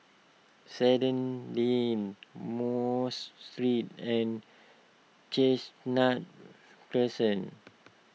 Sandy Lane Mos Street and Chestnut Crescent